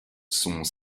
sont